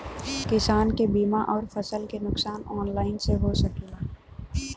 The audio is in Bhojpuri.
किसान के बीमा अउर फसल के नुकसान ऑनलाइन से हो सकेला?